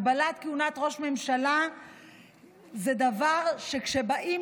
הגבלת כהונת ראש ממשלה זה דבר שכשבאים